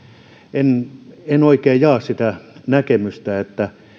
en en oikein jaa sitä näkemystä että